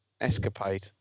escapade